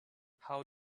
how